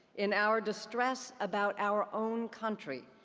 in our distress about our own country,